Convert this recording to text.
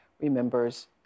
remembers